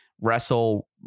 wrestle